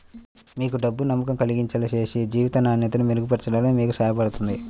మీకు డబ్బు నమ్మకం కలిగించేలా చేసి జీవిత నాణ్యతను మెరుగుపరచడంలో మీకు సహాయపడుతుంది